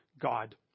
God